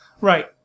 Right